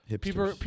people